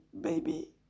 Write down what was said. baby